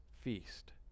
feast